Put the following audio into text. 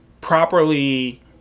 properly